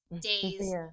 days